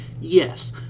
Yes